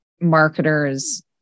marketers